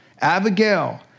Abigail